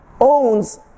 owns